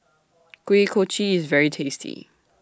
Kuih Kochi IS very tasty